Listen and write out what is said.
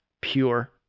pure